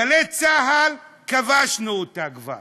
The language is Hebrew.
"גלי צה"ל" כבשנו אותה כבר.